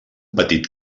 petit